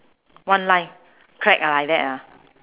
one line crack ah like that ah